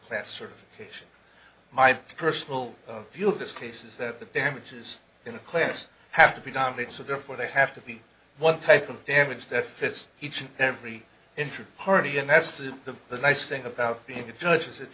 class certification my personal view of this case is that the damages in a class have to be downplayed so therefore they have to be one type of damage that fits each and every intra party and that's to the nice thing about being a judge